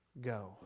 go